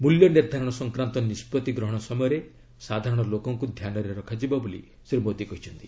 ମୂଲ୍ୟ ନିର୍ଦ୍ଧାରଣ ସଂକ୍ରାନ୍ତ ନିଷ୍ପଭି ଗ୍ରହଣ ସମୟରେ ସାଧାରଣ ଲୋକଙ୍କୁ ଧ୍ୟାନରେ ରଖାଯିବ ବୋଲି ଶ୍ରୀ ମୋଦି କହିଛନ୍ତି